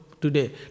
today